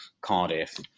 Cardiff